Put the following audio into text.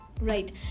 Right